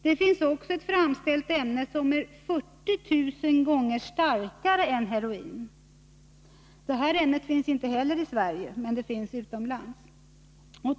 Det finns också ett framställt ämne som är 40 000 gånger starkare än heroin. Detta ämne finns inte heller ännu i Sverige men väl utomlands.